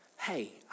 Hey